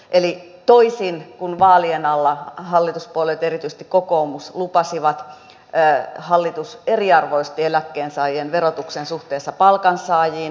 eli toisin kuin vaalien alla hallituspuolueet ja erityisesti kokoomus lupasivat hallitus eriarvoisti eläkkeensaajien verotuksen suhteessa palkansaajiin